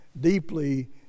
deeply